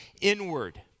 inward